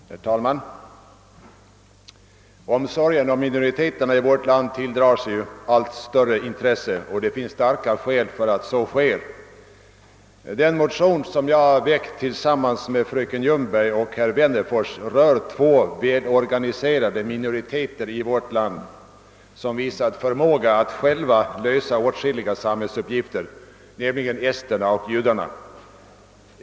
Herr talman! Omsorgen om minoriteterna i vårt land tilldrar sig allt större intresse, och det finns starka skäl för att så sker. Den motion som jag väckt tillsammans med fröken Ljungberg och herr Wennerfors berör två välorganiserade minoriteter i vårt land, som visat förmåga att själva lösa åtskilliga samhällsuppgifter, nämligen esterna och judarna.